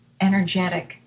energetic